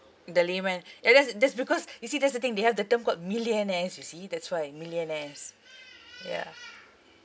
the layman ya that's that's because you see that's the thing they have the term called millionaires you see that's why millionaires yeah